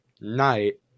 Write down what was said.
Night